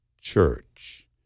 church